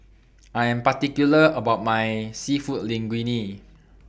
I Am particular about My Seafood Linguine